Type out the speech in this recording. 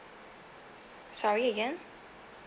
sorry again